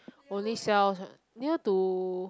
only sells near to